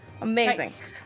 Amazing